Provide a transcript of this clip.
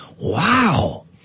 Wow